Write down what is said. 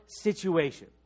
situation